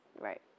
right